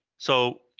so,